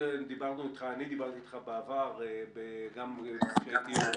אני דיברתי איתך בעבר גם כשהייתי יושב-ראש